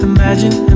Imagine